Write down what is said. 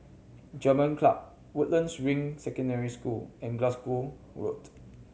German Club Woodlands Ring Secondary School and Glasgow Road